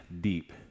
deep